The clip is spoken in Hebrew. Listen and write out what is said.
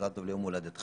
מזל טוב ליום הולדתך.